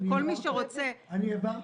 אני העברתי.